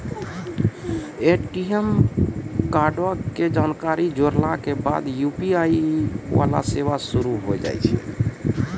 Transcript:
ATM कार्डो के जानकारी जोड़ला के बाद यू.पी.आई वाला सेवा शुरू होय जाय छै